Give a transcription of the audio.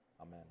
Amen